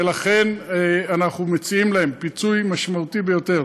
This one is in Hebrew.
ולכן אנחנו מציעים להם פיצוי משמעותי ביותר